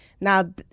Now